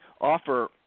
offer